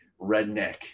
redneck